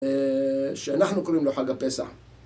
שאנחנו קוראים לו חג הפסח